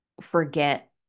forget